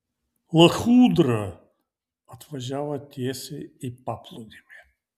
lachudra atvažiavo tiesiai į paplūdimį